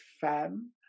femme